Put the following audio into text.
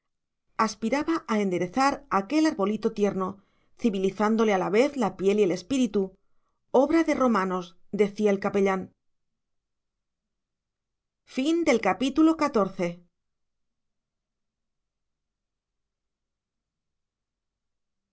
aspiraba a enderezar aquel arbolito tierno civilizándole a la vez la piel y el espíritu obra de romanos decía el capellán